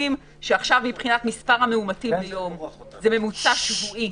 שכעת מבחינת מספר המאומתים ביום - זה ממוצע שבועי